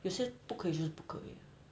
有些不可以就是不可以